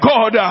God